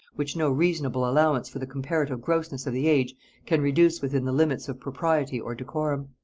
which no reasonable allowance for the comparative grossness of the age can reduce within the limits of propriety or decorum.